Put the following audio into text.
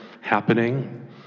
happening